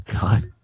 God